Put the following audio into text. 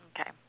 Okay